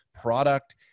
product